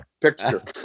picture